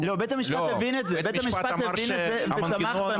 בית המשפט הבין את זה ותמך בנו.